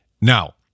Now